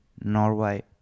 Norway